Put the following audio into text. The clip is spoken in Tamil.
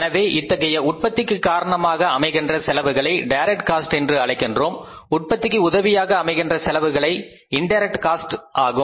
எனவே இத்தகைய உற்பத்திக்கு காரணமாக அமைகின்ற செலவுகளை டைரக்ட் காஸ்ட் என்று அழைக்கின்றோம் உற்பத்திக்கு உதவியாக அமைகின்ற செலவுகள் இண்டைரக்ட் காஸ்ட் ஆகும்